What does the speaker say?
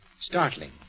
startling